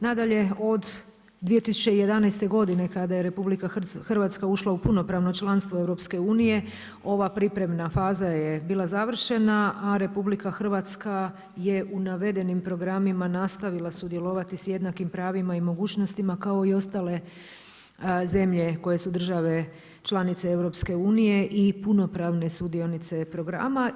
Nadalje od 2011. godine kada je RH ušla u punopravno članstvo EU ova pripremna faza je bila završena a RH je u navedenim programima nastavila sudjelovati sa jednakim pravima i mogućnostima kao i ostale zemlje koje su države članice EU i punopravne sudionice programa.